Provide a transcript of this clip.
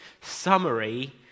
summary